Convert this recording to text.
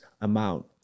amount